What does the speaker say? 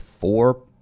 four